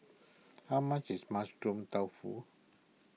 how much is Mushroom Tofu